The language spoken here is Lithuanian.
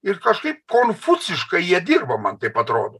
ir kažkaip konfuciškai jie dirba man taip atrodo